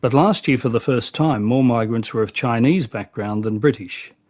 but last year for the first time more migrants were of chinese background than british.